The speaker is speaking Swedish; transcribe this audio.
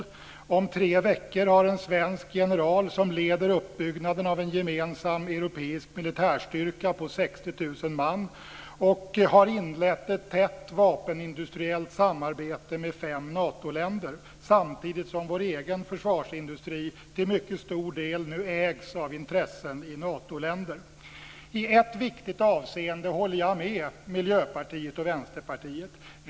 Sverige har om tre veckor en svensk general som leder uppbyggnaden av en gemensam europeisk militärstyrka på 60 000 man och har inlett ett tätt vapenindustriellt samarbete med fem Natoländer samtidigt som vår egen försvarsindustri till mycket stor del ägs av intressen i Natoländer. I ett viktigt avseende håller jag med Miljöpartiet och Vänsterpartiet.